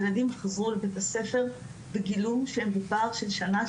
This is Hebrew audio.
ילדים חזרו לבית הספר וגילו שהם בפער של שנה,